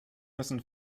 müssen